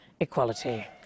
equality